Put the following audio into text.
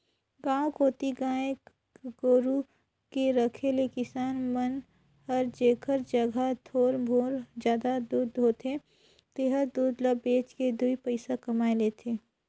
गांव कोती गाय गोरु के रखे ले किसान मन हर जेखर जघा थोर मोर जादा दूद होथे तेहर दूद ल बेच के दुइ पइसा कमाए लेथे